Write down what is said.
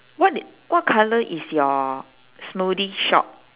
what di~ what colour is your smoothie shop